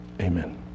Amen